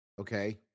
Okay